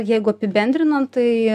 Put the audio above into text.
jeigu apibendrinant tai